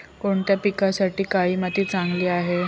कोणत्या पिकासाठी काळी माती चांगली आहे?